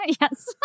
Yes